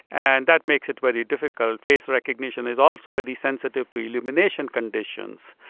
and that makes it very difficult. face recognition is also very sensitive to illumination conditions.